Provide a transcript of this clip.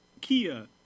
Kia